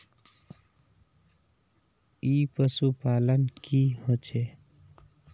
ई पशुपालन की होचे?